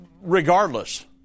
regardless